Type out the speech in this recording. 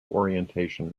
orientation